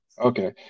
Okay